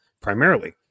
primarily